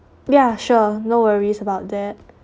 ya sure no worries about that